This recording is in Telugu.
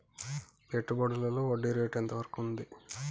పెట్టుబడులలో వడ్డీ రేటు ఎంత వరకు ఉంటది?